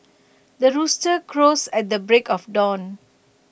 the rooster crows at the break of dawn